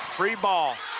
free ball.